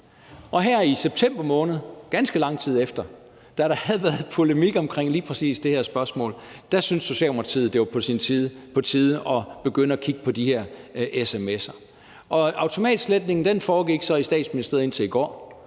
Og her i september måned – ganske lang tid efter – da der havde været polemik omkring lige præcis det her spørgsmål, syntes Socialdemokratiet, det var på tide at begynde at kigge på de her sms'er. Automatsletningen foregik så i Statsministeriet indtil i går,